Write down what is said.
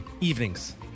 evenings